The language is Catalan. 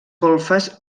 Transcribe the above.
golfes